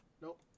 Nope